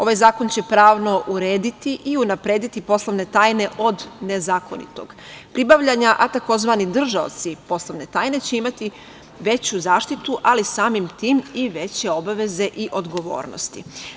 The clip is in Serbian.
Ovaj zakon će pravno urediti i unaprediti poslovne tajne od nezakonitog pribavljanja, a tzv. držaoci poslovne tajne će imati veću zaštitu, ali samim tim i veće obaveze i odgovornosti.